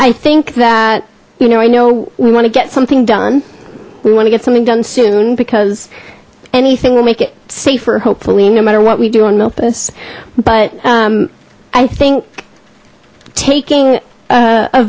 i think that you know i know we want to get something done we want to get something done soon because anything will make it safer hopefully no matter what we do on notice but i think taking